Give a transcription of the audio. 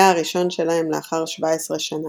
היה הראשון שלהם לאחר 17 שנה.